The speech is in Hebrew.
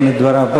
זה המניפסט שלנו.